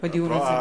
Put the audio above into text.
בדיון הזה.